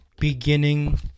beginning